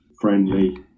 friendly